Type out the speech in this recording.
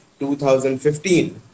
2015